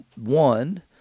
one—